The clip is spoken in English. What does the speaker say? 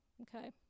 okay